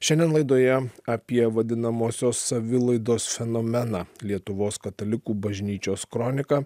šiandien laidoje apie vadinamosios savilaidos fenomeną lietuvos katalikų bažnyčios kroniką